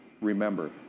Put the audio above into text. remember